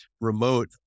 remote